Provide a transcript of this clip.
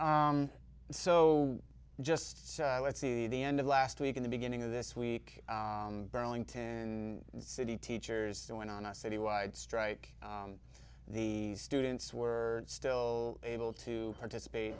so just so let's see the end of last week at the beginning of this week burlington city teachers went on a citywide strike the students were still able to participate